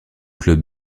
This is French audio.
club